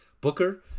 Booker